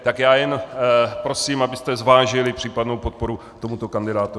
Tak jen prosím, abyste zvážili případnou podporu tomuto kandidátovi.